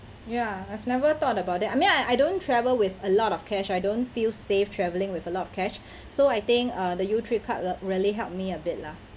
ya I've never thought about that I mean I don't travel with a lot of cash I don't feel safe travelling with a lot of cash so I think uh the youtrip card re~ really help me a bit lah